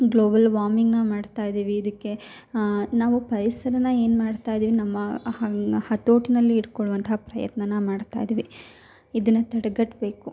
global ವಾಮಿಂಗನ್ನ ಮಾಡ್ತಾಯಿದ್ದೀವಿ ಇದಕ್ಕೆ ನಾವು ಪರಿಸರನ ಏನು ಮಾಡ್ತಾಯಿದ್ದೀವಿ ನಮ್ಮ ಹತೋಟಿನಲ್ಲಿ ಇಡ್ಕೊಳ್ಳೋ ಅಂತ ಪ್ರಯತ್ನನ ಮಾಡ್ತಾಯಿದ್ದೀವಿ ಇದನ್ನು ತಡೆಗಟ್ಬೇಕು